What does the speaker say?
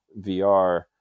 VR